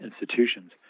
institutions